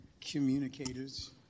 communicators